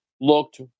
looked